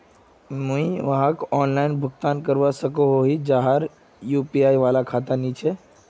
मुई वहाक भुगतान करवा सकोहो ही जहार यु.पी.आई वाला खाता नी छे?